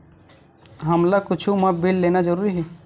हमला कुछु मा बिल लेना जरूरी हे?